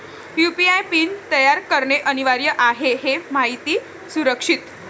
UPI pin तयार करणे अनिवार्य आहे हे माहिती सुरक्षित